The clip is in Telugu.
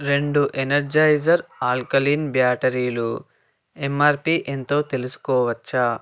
రెండు ఏనార్జైజర్ ఆల్కలీన్ బ్యాటరీలు ఎంఆర్పీ ఎంతో తెలుసుకోవచ్చా